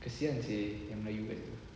kesian seh yang melayu kat situ